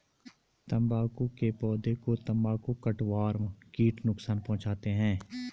तंबाकू के पौधे को तंबाकू कटवर्म कीट नुकसान पहुंचाते हैं